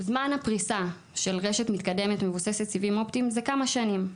זמן הפריסה של רשת מתקדמת מבוססת סיבים אופטיים זה כמה שנים,